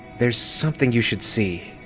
there's something you should see.